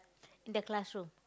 in the classroom